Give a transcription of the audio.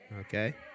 Okay